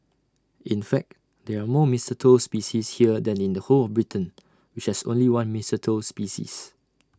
in fact there are more mistletoe species here than in the whole of Britain which has only one mistletoe species